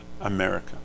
America